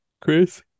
Chris